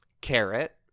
Carrot